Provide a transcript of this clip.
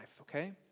okay